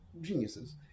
geniuses